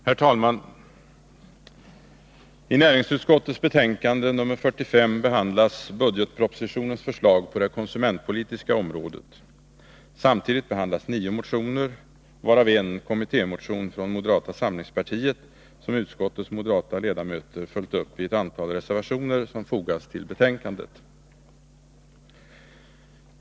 Herr talman! I näringsutskottets betänkande nr 45 behandlas budgetpropositionens förslag på det konsumentpolitiska området. Samtidigt behandlas nio motioner, varav en kommittémotion från moderata samlingspartiet som utskottets moderata ledamöter följt upp i ett antal reservationer, som fogats till betänkandet.